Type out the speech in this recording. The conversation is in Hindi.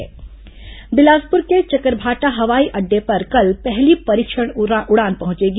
बिलासपुर चकरभाटा उडान बिलासपुर के चकरभाटा हवाई अड्डे पर कल पहली परीक्षण उड़ान पहुंचेगी